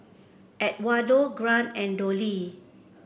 Edwardo Grant and Dollye